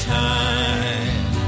time